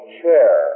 chair